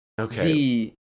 Okay